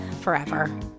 forever